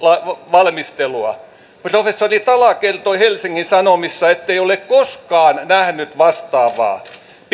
valmistelua professori tala kertoi helsingin sanomissa ettei ole koskaan nähnyt vastaavaa pimittäminen